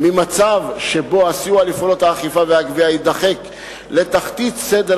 ממצב שבו הסיוע לפעולות האכיפה והגבייה יידחק לתחתית סדר